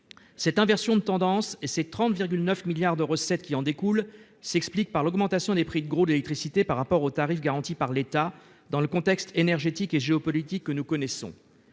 Cette inversion de tendance et les 30,9 milliards d'euros de recettes qui en découlent s'expliquent par l'augmentation des prix de gros de l'électricité par rapport aux tarifs garantis par l'État, dans le contexte énergétique et géopolitique que nous connaissons.